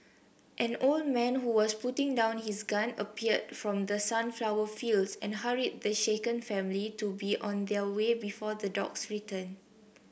an old man who was putting down his gun appeared from the sunflower fields and hurried the shaken family to be on their way before the dogs return